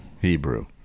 Hebrew